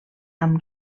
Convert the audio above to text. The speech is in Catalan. amb